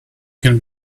can